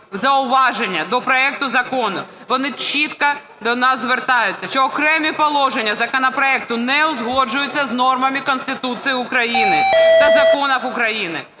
зауваження до проекту закону. Вони чітко до нас звертаються, що окремі положення законопроекту не узгоджуються з нормами Конституції України та законів України,